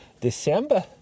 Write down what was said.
December